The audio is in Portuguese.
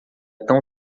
tão